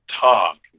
talk